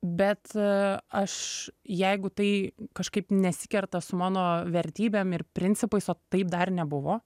bet aš jeigu tai kažkaip nesikerta su mano vertybėm ir principais o taip dar nebuvo